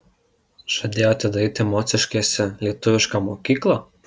žadėjo atidaryti mociškėse lietuvišką mokyklą